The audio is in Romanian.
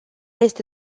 este